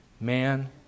Man